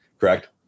correct